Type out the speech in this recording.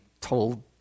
told